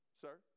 sir